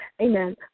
amen